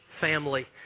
family